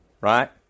right